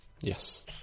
Yes